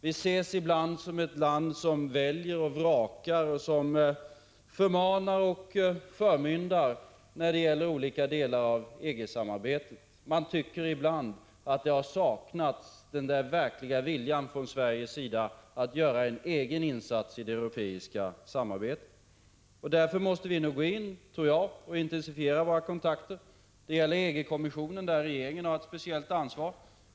Vi ses ibland som ett land som väljer och vrakar, som förmanar och utövar förmynderskap när det gäller olika delar av EG samarbetet. Man tycker ibland att den verkliga viljan från Sveriges sida att göra en egen insats i det europeiska samarbetet har saknats. Därför tror jag att vi måste gå in och intensifiera våra kontakter. Det gäller EG-kommissionen, där regeringen har ett speciellt ansvar.